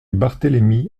barthélémy